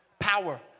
Power